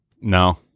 No